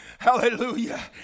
Hallelujah